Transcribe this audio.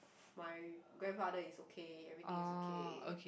my grandfather is okay everything is okay